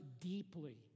deeply